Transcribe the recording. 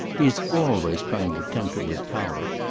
he is always trying to tempt her with power.